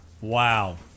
wow